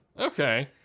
Okay